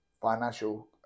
financial